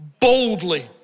boldly